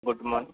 good Mau